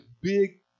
big